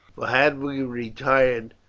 for had we retired,